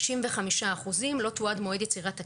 ב-65% לא תועד מועד יצירת הקשר,